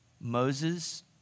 Moses